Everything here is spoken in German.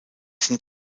sind